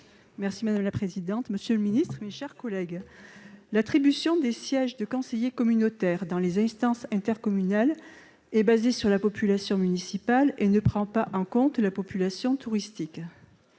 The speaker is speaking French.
Merci madame la présidente, monsieur le Ministre, mes chers collègues, l'attribution des sièges de conseillers communautaires dans les instances intercommunales est basée sur la population municipale il ne prend pas en compte la population touristique,